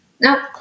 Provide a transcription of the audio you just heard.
No